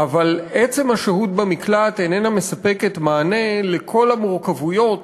אבל עצם השהות במקלט איננה מספקת מענה על כל המורכבויות